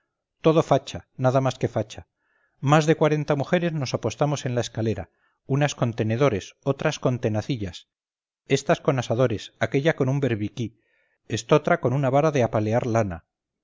todo facha nada más que facha más de cuarenta mujeres nos apostamos en la escalera unas con tenedores otras con tenacillas estas con asadores aquella con un berbiquí estotra con una vara de apalear lana